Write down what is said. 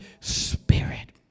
Spirit